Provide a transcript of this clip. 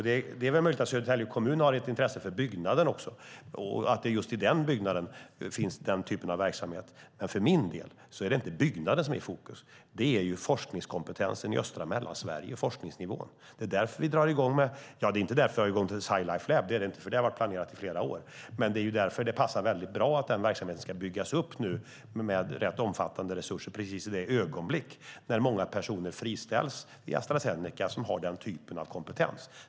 Det är möjligt att Södertälje kommun har ett intresse för byggnaden och att det just i den byggnaden finns den typen av verksamhet, men för min del är det inte byggnaden som är i fokus. Det är forskningskompetensen och forskningsnivån i östra Mellansverige. Det är inte därför vi drar i gång Sci Life Lab, för det har varit planerat i flera år, men det är därför det passar väldigt bra att den verksamheten ska byggas upp med rätt omfattande resurser precis i det ögonblick när många personer som har den typen av kompetens friställs i Astra Zeneca.